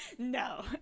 No